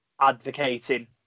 advocating